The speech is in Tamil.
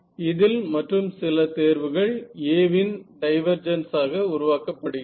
இதில் மற்றும் சில தேர்வுகள் A இன் டைவெர்ஜன்ஸ் ஆக உருவாக்கப்படுகிறது